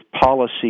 policy